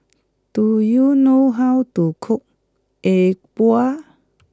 do you know how to cook E Bua